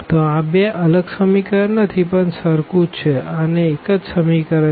તો આ બે અલગ ઇક્વેશન નથી પણ સરખું જ છે અને એક જ ઇક્વેશન છે